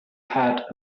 had